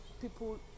People